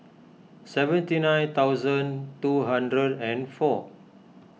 seventy nine thousand two hundred and four